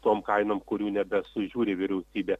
tom kainom kurių nebesužiūri vyriausybė